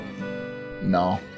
No